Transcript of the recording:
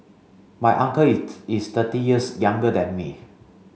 my uncle is is thirty years younger than me